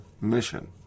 mission